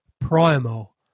Primal